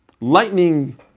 lightning